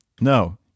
No